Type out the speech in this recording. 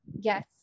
Yes